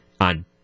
on